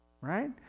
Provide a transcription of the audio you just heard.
right